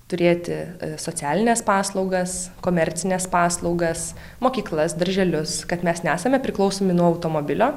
turėti socialines paslaugas komercines paslaugas mokyklas darželius kad mes nesame priklausomi nuo automobilio